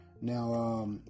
now